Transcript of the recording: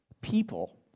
people